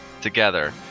together